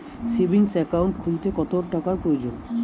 Savings account খুলতে কত টাকার প্রয়োজন?